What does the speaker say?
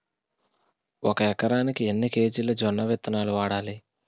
ఒక ఎకరానికి ఎన్ని కేజీలు జొన్నవిత్తనాలు వాడాలి?